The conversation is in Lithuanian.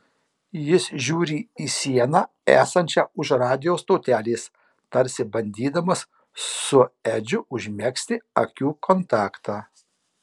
jis žiūri į sieną esančią už radijo stotelės tarsi bandydamas su edžiu užmegzti akių kontaktą